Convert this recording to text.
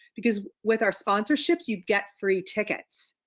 because with our sponsorships, you'd get free tickets.